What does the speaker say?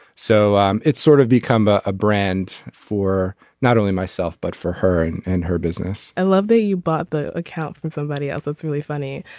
so um it's sort of become a brand for not only myself but for her and and her business i love that you bought the account from somebody else that's really funny.